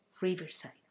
Riverside